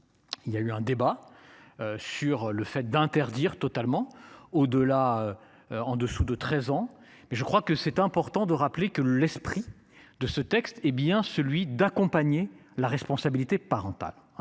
Il y a eu un débat. Sur le fait d'interdire totalement au delà. En dessous de 13 ans mais je crois que c'est important de rappeler que l'esprit de ce texte est bien celui d'accompagner la responsabilité parentale